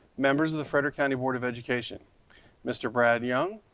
members of the frederick county board of education mr. brad young,